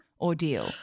ordeal